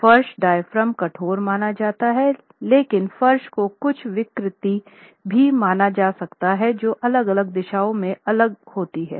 फर्श डायाफ्राम कठोर माना जाता है लेकिन फर्श को कुछ विकृति भी माना जा सकता है जो अलग अलग दिशाओं में अलग होती है